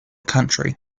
country